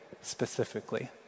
specifically